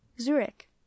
Zurich